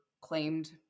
claimed